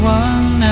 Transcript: one